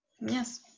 yes